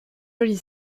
jolie